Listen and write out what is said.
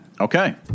Okay